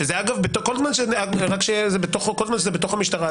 כל זמן שזה בתוך המשטרה,